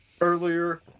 Earlier